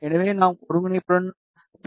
எனவே நாம் ஒருங்கிணைப்புடன் செல்ல வேண்டும்